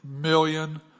million